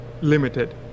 limited